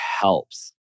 helps